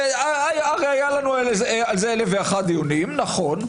היו לנו על זה אלף דיונים, נכון.